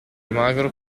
magro